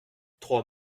trois